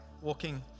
walking